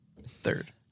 Third